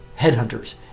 Headhunters